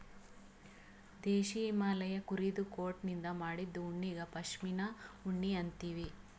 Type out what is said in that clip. ದೇಶೀ ಹಿಮಾಲಯ್ ಕುರಿದು ಕೋಟನಿಂದ್ ಮಾಡಿದ್ದು ಉಣ್ಣಿಗಾ ಪಶ್ಮಿನಾ ಉಣ್ಣಿ ಅಂತೀವಿ